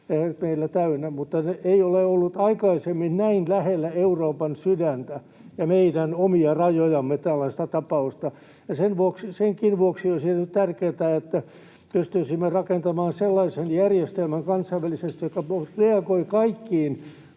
Mutta ei ole ollut aikaisemmin näin lähellä Euroopan sydäntä ja meidän omia rajojamme tällaista tapausta. Senkin vuoksi olisi nyt tärkeätä, että pystyisimme rakentamaan kansainvälisesti sellaisen järjestelmän, joka reagoi kaikkiin